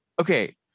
okay